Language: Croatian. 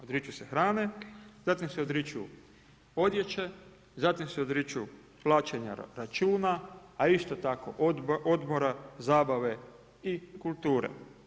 Odriču se hrane, zatim se odriču odjeće, zatim se odriču plaćanja računa, a isto tako odmora, zabave i kulture.